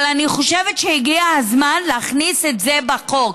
אבל אני חושבת שהגיע הזמן להכניס את זה לחוק,